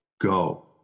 go